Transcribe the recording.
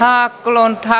aakkulantiellä